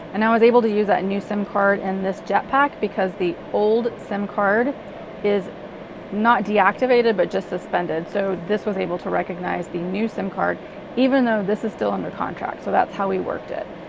and i was able to use that new sim card in this jetpack because the old sim card is not deactivated, but just suspended. so, this was able to recognize the new sim card even though this is still under contract. so, that's how we worked it.